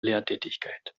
lehrtätigkeit